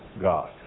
God